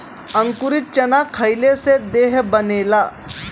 अंकुरित चना खईले से देह बनेला